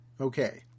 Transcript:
Okay